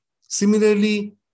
Similarly